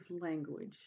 language